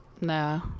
No